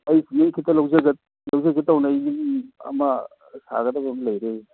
ꯑꯩ ꯁꯤꯃꯦꯟ ꯈꯤꯇ ꯂꯧꯖꯒꯦ ꯇꯧꯕꯅꯤ ꯑꯩ ꯌꯨꯝ ꯑꯃ ꯁꯥꯒꯗꯕ ꯑꯃ ꯂꯩꯔꯦ